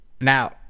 Now